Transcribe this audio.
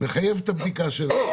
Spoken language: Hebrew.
מחייב את הבדיקה שלנו.